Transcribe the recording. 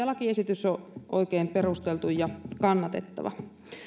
lakiesitys on oikein perusteltu ja kannatettava